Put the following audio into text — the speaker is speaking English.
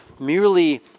Merely